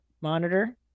monitor